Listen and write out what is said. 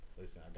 listen